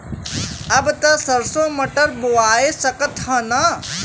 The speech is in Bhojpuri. अब त सरसो मटर बोआय सकत ह न?